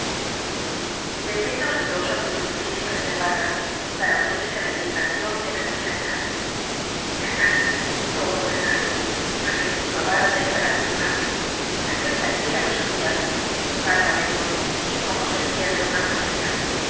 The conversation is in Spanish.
olvidó su actitud fría y reservada para unirse á la indignación de la muchacha verdad todo verdad aquel tío avaro tenía la culpa la huerta entera lo sabía válgame dios y cómo se pierde una familia